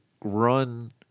run